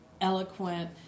eloquent